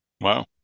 Wow